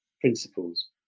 principles